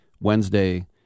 Wednesday